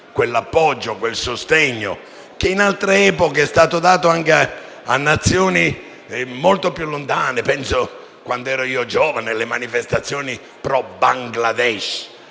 quell'appoggio e quel sostegno che in altre epoche è stato dato anche a nazioni molto più lontane (penso, quando ero giovane, alle manifestazioni *pro* Bangladesh).